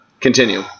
Continue